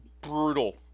brutal